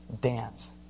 dance